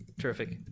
Terrific